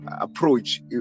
approach